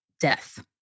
death